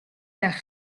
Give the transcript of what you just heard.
байх